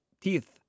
teeth